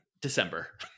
December